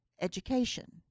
education